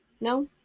No